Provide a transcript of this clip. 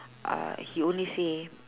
uh he only say